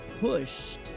pushed